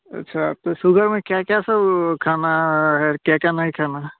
अच्छा तो सुगर में क्या क्या सब खाना है क्या क्या नहीं खाना है